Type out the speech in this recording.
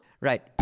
Right